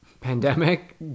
pandemic